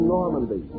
Normandy